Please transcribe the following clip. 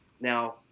Now